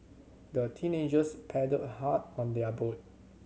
the teenagers paddled a hard on their boat